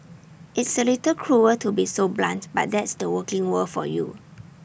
it's A little cruel to be so blunt but that's the working world for you